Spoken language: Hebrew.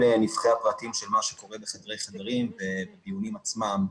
נבכי הפרטים של מה שקורה בחדרי חדרים בדיונים עצמם,